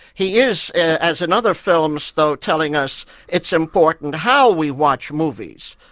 he is, as in other films though, telling us it's important how we watch movies.